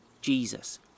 Jesus